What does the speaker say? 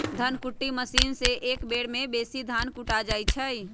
धन कुट्टी मशीन से एक बेर में बेशी धान कुटा जा हइ